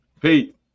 Pete